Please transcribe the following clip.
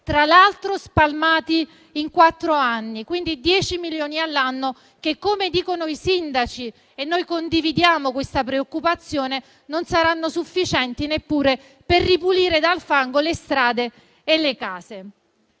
tra l'altro spalmati in quattro anni, quindi 10 milioni all'anno, che - come dicono i sindaci, e noi condividiamo questa preoccupazione - non saranno sufficienti neppure per ripulire dal fango le strade e le case.